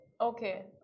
Okay